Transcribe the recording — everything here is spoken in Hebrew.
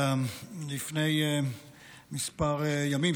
לפני כמה ימים,